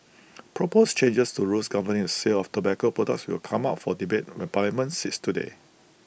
proposed changes to rules governing the sale of tobacco products will come up for debate when parliament sits today